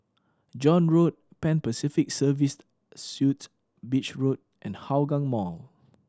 John Road Pan Pacific Serviced Suites Beach Road and Hougang Mall